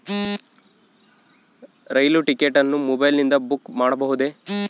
ರೈಲು ticket ಅನ್ನು ಮೊಬೈಲಿಂದ book ಮಾಡಬಹುದೆ?